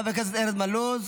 חבר הכנסת ארז מלול,